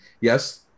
yes